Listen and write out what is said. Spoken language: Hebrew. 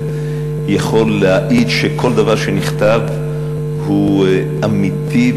יכול להעיד שכל דבר שנכתב הוא אמיתי,